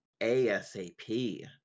ASAP